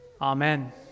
amen